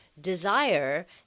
desire